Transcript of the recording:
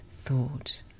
thought